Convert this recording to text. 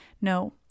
No